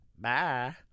bye